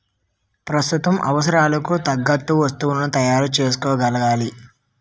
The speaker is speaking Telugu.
ప్రస్తుత అవసరాలకు తగ్గట్టుగా వస్తువులను తయారు చేయగలగాలి